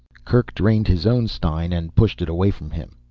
kerk drained his own stein and pushed it away from him.